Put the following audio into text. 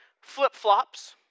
flip-flops